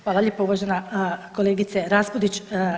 Hvala lijepo uvažena kolegice Raspudić.